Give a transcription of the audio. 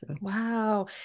Wow